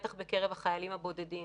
בטח בקרב החיילים הבודדים,